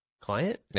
client